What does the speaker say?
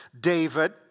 David